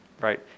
right